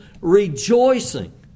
rejoicing